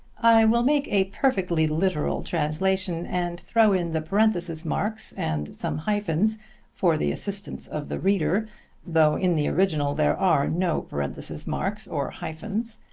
i will make a perfectly literal translation, and throw in the parenthesis-marks and some hyphens for the assistance of the reader though in the original there are no parenthesis-marks or hyphens,